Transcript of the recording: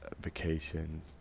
vacation